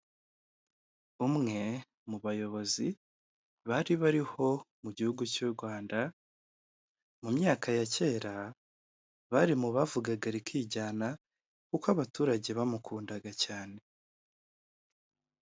Umwe mu bayobozi bari bariho mu gihugu cy'u rwanda mu myaka ya cyera bari mu bavugaga rikijyana kuko abaturage bamukundaga cyane!